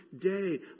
day